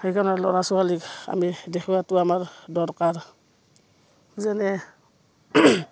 সেইকাৰণে ল'ৰা ছোৱালীক আমি দেখুওৱাতো আমাৰ দৰকাৰ যেনে